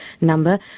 number